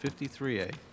53A